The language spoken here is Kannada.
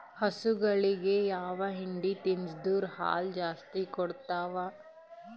ಹಸುಗಳಿಗೆ ಯಾವ ಹಿಂಡಿ ತಿನ್ಸಿದರ ಹಾಲು ಜಾಸ್ತಿ ಕೊಡತಾವಾ?